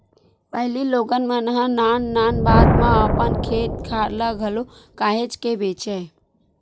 पहिली लोगन मन ह नान नान बात म अपन खेत खार ल घलो काहेच के बेंचय